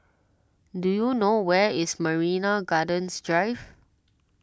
do you know where is Marina Gardens Drive